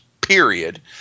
period